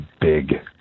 big